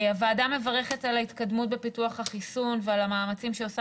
הוועדה מברכת על ההתקדמות בפיתוח החיסון ועל המאמצים שעושה